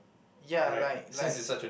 ya like like